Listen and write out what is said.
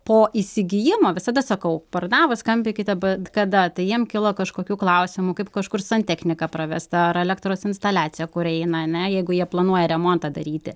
po įsigijimo visada sakau pardavus skambinkite bet kada tai jiem kilo kažkokių klausimų kaip kažkur santechnika pravesta ar elektros instaliacija kur eina ane jeigu jie planuoja remontą daryti